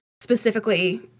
Specifically